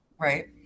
Right